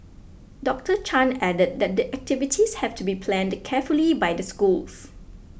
Doctor Chan added that the activities have to be planned carefully by the schools